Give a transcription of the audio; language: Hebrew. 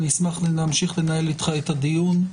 אני אשמח להמשיך ולקיים אתך את הדיון.